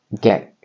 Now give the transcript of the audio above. get